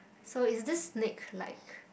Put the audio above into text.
so is this snake like